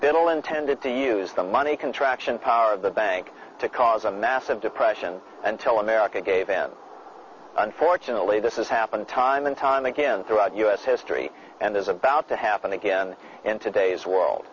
little intended to use the money contraction power of the bank to cause a massive depression until america gave in unfortunately this is happen time and time again throughout us history and is about to happen again in todays world